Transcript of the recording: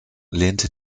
lehnte